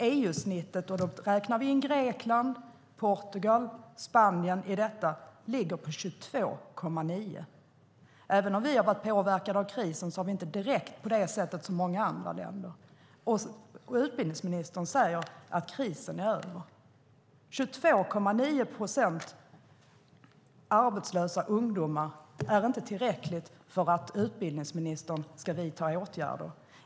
EU-snittet, där vi räknar in Grekland, Portugal och Spanien, ligger på 22,9. Även om vi har varit påverkade av krisen har vi inte varit det direkt på samma sätt som många andra länder. Och utbildningsministern säger att krisen är över. 23,6 procent arbetslösa ungdomar är inte tillräckligt för att utbildningsministern ska vidta åtgärder.